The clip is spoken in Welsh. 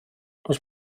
oes